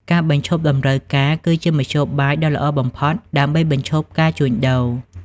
ការបញ្ឈប់តម្រូវការគឺជាមធ្យោបាយដ៏ល្អបំផុតដើម្បីបញ្ឈប់ការជួញដូរ។